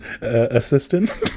assistant